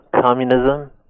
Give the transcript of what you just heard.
communism